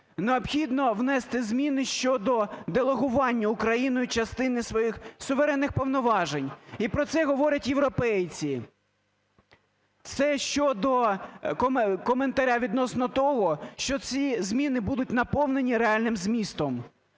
необхідно внести зміни щодо делегування Україною частини своїх суверенних повноважень. І про це говорять європейці. Це щодо коментаря відносно того, що ці зміни будуть наповнені реальним змістом.